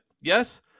Yes